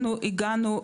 אנחנו הגענו,